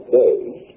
days